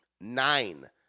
Nine